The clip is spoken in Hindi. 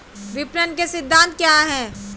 विपणन के सिद्धांत क्या हैं?